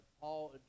Paul